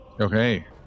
Okay